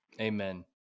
Amen